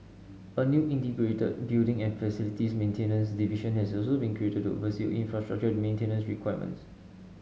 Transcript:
a new integrated building and facilities maintenance division has also been created to oversee infrastructure maintenance requirements